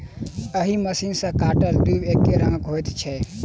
एहि मशीन सॅ काटल दुइब एकै रंगक होइत छै